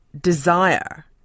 desire